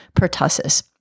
pertussis